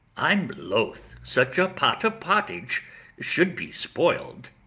i'm loath such a pot of pottage should be spoiled.